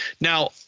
now